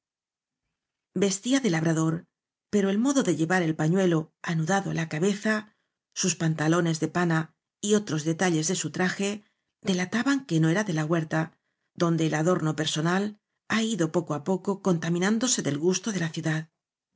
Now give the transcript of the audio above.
vestía de labrador pero el modo de llevar el pañuelo anudado á la cabeza sus pantalones de pana y otros detalles de su traje delataban que no era de la huerta donde el adorno perso nal ha ido poco á poco contaminándose del gusto de la ciudad